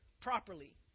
properly